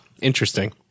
Interesting